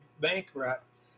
bankrupt